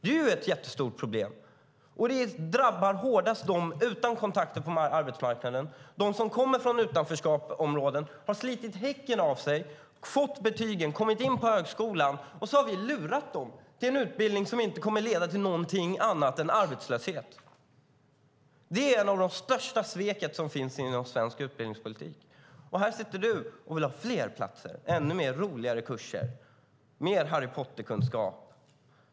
Det är ett jätteproblem och drabbar värst dem utan kontakter på arbetsmarknaden - de som kommer från utanförskapsområden, sliter häcken av sig, får betygen, kommer in på högskolan och sedan upptäcker att vi lurat dem till en utbildning som inte kommer att leda till någonting annat än arbetslöshet. Det är ett av de största sveken inom svensk utbildningspolitik. Och här sitter du och vill ha fler platser med ännu fler och ännu roligare kurser, mer Harry Potter-kunskap.